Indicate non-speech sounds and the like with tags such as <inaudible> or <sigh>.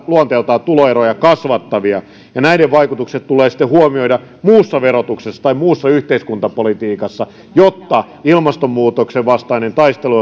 luonteeltaan tuloeroja kasvattavia ja näiden vaikutukset tulee sitten huomioida muussa verotuksessa tai muussa yhteiskuntapolitiikassa jotta ilmastonmuutoksen vastainen taistelu <unintelligible>